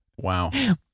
Wow